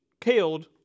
killed